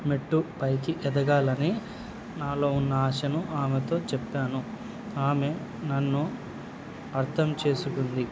మెట్టు పైకి ఎదగాలని నాలో ఉన్న ఆశను ఆమెతో చెప్పాను ఆమె నన్ను అర్థం చేసుకుంది